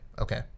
Okay